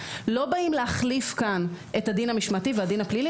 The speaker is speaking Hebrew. לא באים להחליף כאן את הדין המשמעתי והדין הפלילי,